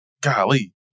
golly